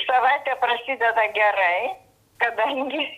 savaitė prasideda gerai kadangi